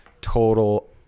total